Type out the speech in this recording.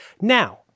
Now